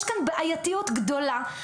יש כאן בעייתיות גדולה.